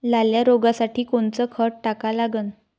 लाल्या रोगासाठी कोनचं खत टाका लागन?